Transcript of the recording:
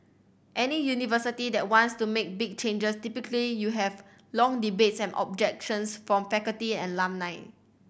any university that wants to make big changes typically you have long debates and objections from faculty and alumni